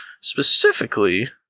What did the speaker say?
specifically